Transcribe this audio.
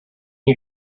you